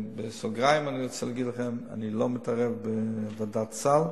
בסוגריים אני רוצה להגיד לכם: אני לא מתערב בוועדת הסל,